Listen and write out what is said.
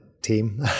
team